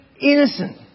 innocent